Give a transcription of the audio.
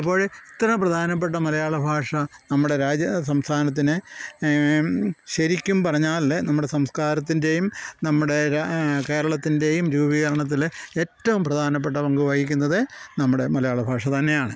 അപ്പോൾ എത്ര പ്രധാനപ്പെട്ട മലയാളഭാഷ നമ്മുടെ രാജ്യം സംസ്ഥാനത്തിന് ശരിക്കും പറഞ്ഞാൽ നമ്മുടെ സംസ്കാരത്തിൻ്റെയും നമ്മുടെ ര കേരളത്തിന്റെയും രൂപീകരണത്തിൽ ഏറ്റവും പ്രധാനപ്പെട്ട പങ്ക് വഹിക്കുന്നത് നമ്മുടെ മലയാള ഭാഷ തന്നെയാണ്